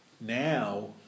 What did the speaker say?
now